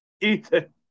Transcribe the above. Ethan